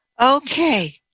Okay